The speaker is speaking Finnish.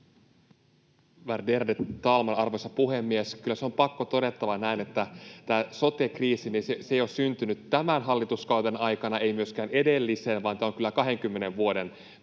Värderade talman, arvoisa puhemies! Kyllä se on pakko todeta näin, että tämä sote-kriisi ei ole syntynyt tämän hallituskauden aikana, ei myöskään edellisen, vaan tämä on kyllä 20 vuoden työn